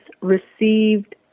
received